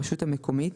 הרשות המקומית),